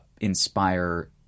inspire